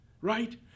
right